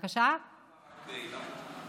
למה רק